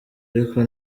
ariko